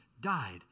died